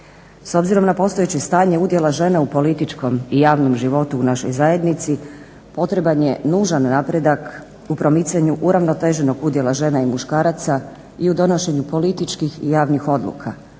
S obzirom na postojeće stanje udjela žena u političkom i javnom životu u našoj zajednici potreban je nužan napredak u promicanju uravnoteženog udjela žena i muškaraca i u donošenju političkih i javnih odluka